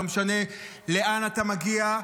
לא משנה לאן אתה מגיע,